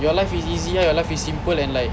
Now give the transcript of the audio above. your life is easy ah life is simple and like